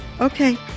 Okay